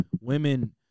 women